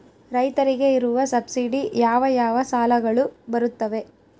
ರೈತರಿಗೆ ಇರುವ ಸಬ್ಸಿಡಿ ಯಾವ ಯಾವ ಸಾಲಗಳು ಬರುತ್ತವೆ?